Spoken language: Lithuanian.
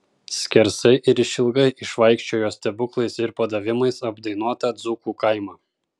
skersai ir išilgai išvaikščiojo stebuklais ir padavimais apdainuotą dzūkų kaimą